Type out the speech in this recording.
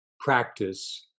practice